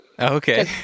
Okay